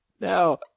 No